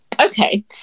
Okay